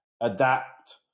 adapt